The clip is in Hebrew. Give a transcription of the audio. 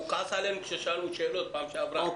הוא כעס עלינו כאשר שאלנו שאלות בפעם שעברה.